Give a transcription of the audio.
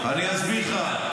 אני אסביר לך.